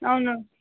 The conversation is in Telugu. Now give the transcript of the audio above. అవును